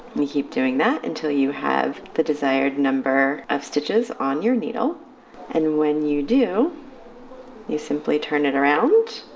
you keep doing that until you have the desired number of stitches on your needle and when you do you simply turn it around